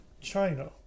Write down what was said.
China